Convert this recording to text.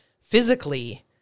physically